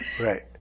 Right